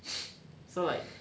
so like